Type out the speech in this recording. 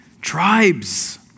Tribes